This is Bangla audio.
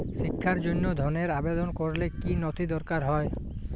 শিক্ষার জন্য ধনের আবেদন করলে কী নথি দরকার হয়?